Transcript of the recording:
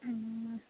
हुँ